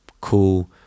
cool